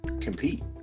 compete